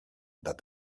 that